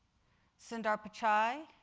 sundar pichai,